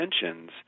intentions